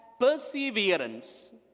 perseverance